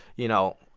you know,